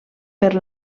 per